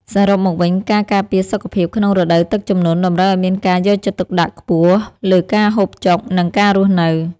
សរុបមកវិញការការពារសុខភាពក្នុងរដូវទឹកជំនន់តម្រូវឱ្យមានការយកចិត្តទុកដាក់ខ្ពស់លើការហូបចុក និងការរស់នៅ។